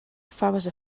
faves